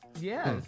Yes